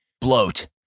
bloat